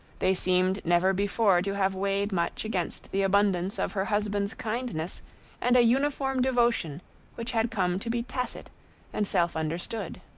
they seemed never before to have weighed much against the abundance of her husband's kindness and a uniform devotion which had come to be tacit and self-understood.